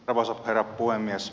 arvoisa herra puhemies